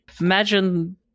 imagine